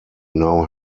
now